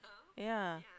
ya